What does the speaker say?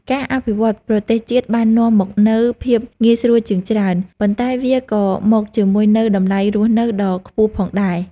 ការអភិវឌ្ឍប្រទេសជាតិបាននាំមកនូវភាពងាយស្រួលជាច្រើន ប៉ុន្តែវាក៏មកជាមួយនូវតម្លៃរស់នៅដ៏ខ្ពស់ផងដែរ។